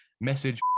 message